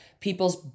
People's